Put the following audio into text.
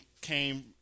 came